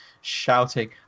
shouting